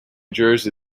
jersey